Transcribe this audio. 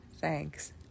thanks